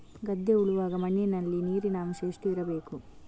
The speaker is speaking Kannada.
ಗದ್ದೆ ಉಳುವಾಗ ಮಣ್ಣಿನಲ್ಲಿ ನೀರಿನ ಅಂಶ ಎಷ್ಟು ಇರಬೇಕು?